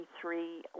three